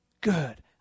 good